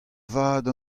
vat